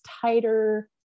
tighter